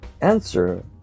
answer